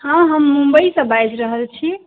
हँ हम मुम्बइसँ बाजि रहल छी